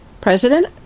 President